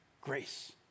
grace